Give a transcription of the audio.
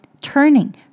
turning